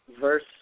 verse